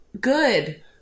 Good